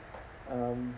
um